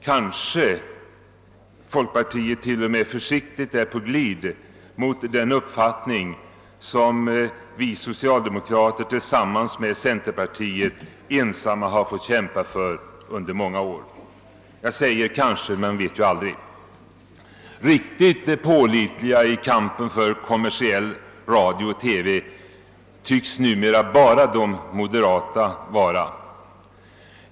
Kanske folkpartiet t.o.m. försiktigt är på glid mot den uppfattning som vi socialdemokrater tillsammans med centerpartiet har fått kämpa för under många år utan stöd från andra håll. Jag säger kanske — man vet ju aldrig. Riktigt pålitliga i kampen för kommersiell radio och TV tycks numera ba ra de moderata vara.